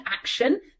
action